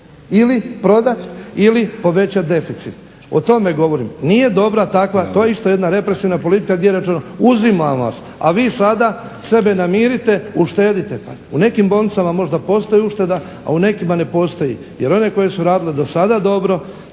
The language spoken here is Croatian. ili prodati ili povećati deficit. O tome govorim. Nije dobra takva doista jedna represivna politika gdje je rečeno uzimam vas, a vi sada sebe namirite uštedite. U nekim bolnicama možda postoji ušteda, a u nekima ne postoji jer one koje su radile do sada dobro